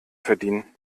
verdienen